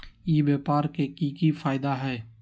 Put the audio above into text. ई व्यापार के की की फायदा है?